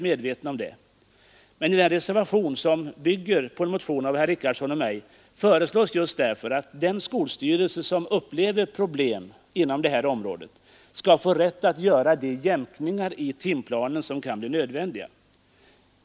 Men i den reservation som bygger på en motion av herr Richardson och mig föreslås just därför, att den skolstyrelse som konstaterar problem av detta slag skall få rätt att göra de jämkningar i timplanen som kan bli nödvändiga.